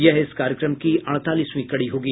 यह इस कार्यक्रम की अड़तालीसवीं कड़ी होगी